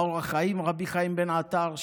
ה"אור החיים" רבי חיים בן עטר,